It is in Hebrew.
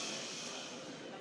ששש.